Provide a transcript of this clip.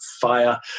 fire